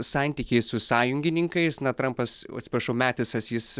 santykiai su sąjungininkais na trampas atisprašau metisas jis